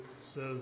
says